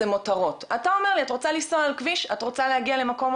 אני מדברת כאן על כביש 6 מרכז.